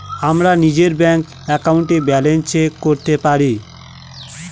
আমরা নিজের ব্যাঙ্ক একাউন্টে ব্যালান্স চেক করতে পারি